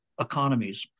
economies